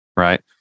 Right